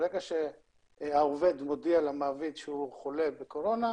ברגע שהעובד מודיע למעביד שהוא חולה בקורונה,